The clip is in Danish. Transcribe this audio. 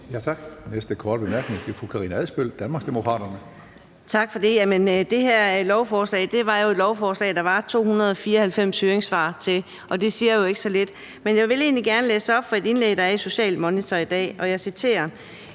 næste korte bemærkning er til fru Karina Adsbøl, Danmarksdemokraterne. Kl. 11:56 Karina Adsbøl (DD): Tak for det. Det her lovforslag var jo et lovforslag, der var 294 høringssvar til, og det siger jo ikke så lidt. Men jeg vil egentlig gerne læse op fra et indlæg, der er i Socialmonitor i dag, og jeg citerer: